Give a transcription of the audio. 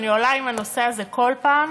אני עולה בנושא הזה כל פעם,